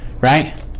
Right